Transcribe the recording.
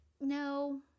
No